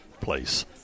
place